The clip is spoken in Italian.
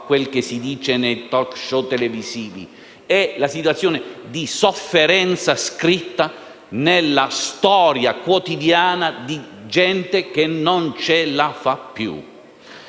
a quel che si dice nei *talk show* televisivi: è la situazione di sofferenza scritta nella storia quotidiana di gente che non ce la fa più.